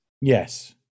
Yes